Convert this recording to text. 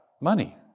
money